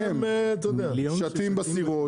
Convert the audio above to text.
שטים בסירות.